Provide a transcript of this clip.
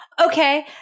Okay